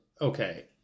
okay